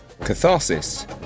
Catharsis